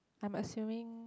I'm assuming